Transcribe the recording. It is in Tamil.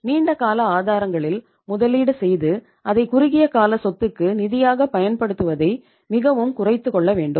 நீண்ட கால ஆதாரங்களில் முதலீடு செய்து அதை குறுகிய கால சொத்துக்கு நிதியாக பயன்படுத்துவதை மிகவும் குறைத்துக்கொள்ளவேண்டும்